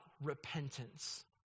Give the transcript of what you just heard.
repentance